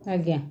ଆଜ୍ଞା